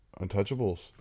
Untouchables